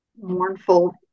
mournful